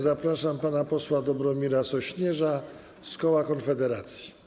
Zapraszam pana posła Dobromira Sośnierza z koła Konfederacji.